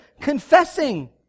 confessing